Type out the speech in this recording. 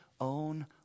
own